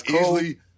easily